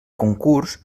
concurs